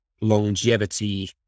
longevity